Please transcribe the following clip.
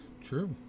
True